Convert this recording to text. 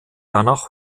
danach